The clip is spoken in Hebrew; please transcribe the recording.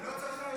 לא צריך חיילים?